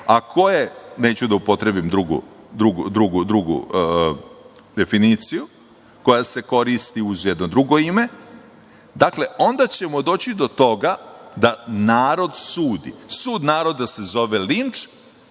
a ko je - neću da upotrebim drugu definiciju koja se koristi uz jedno drugo ime, dakle onda ćemo doći do toga da narod sudi. Sud naroda se zove linč